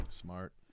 Smart